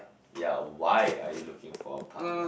ya why are you looking for a partner